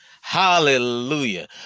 Hallelujah